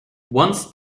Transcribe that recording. once